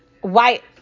White